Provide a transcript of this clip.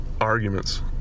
arguments